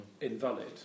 invalid